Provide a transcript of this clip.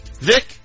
Vic